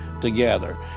together